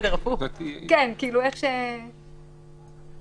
אוקיי, יכול להיות שזה הפתרון.